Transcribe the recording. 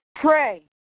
Pray